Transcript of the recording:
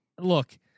look